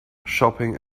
shopping